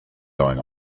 going